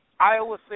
Iowa